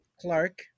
Clark